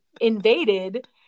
invaded